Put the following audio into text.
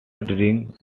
drink